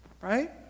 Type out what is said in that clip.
right